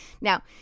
Now